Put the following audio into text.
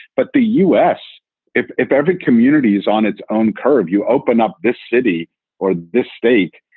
but the us, if if every community is on its own curve, you open up this city or this stake.